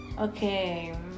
Okay